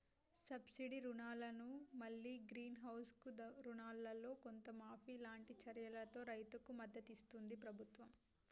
subsidy రుణాలను మల్లి greenhouse కు రుణాలల్లో కొంత మాఫీ లాంటి చర్యలతో రైతుకు మద్దతిస్తుంది ప్రభుత్వం